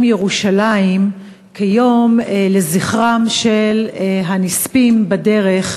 ירושלים כיום לזכרם של הנספים בדרך,